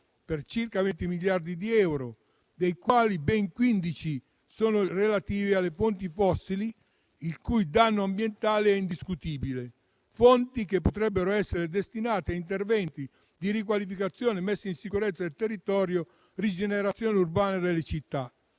per circa 20 miliardi di euro, ben 15 dei quali sono relativi alle fonti fossili, il cui danno ambientale è indiscutibile; fondi che potrebbero essere destinati a interventi di riqualificazione, messa in sicurezza del territorio, rigenerazione urbana delle città.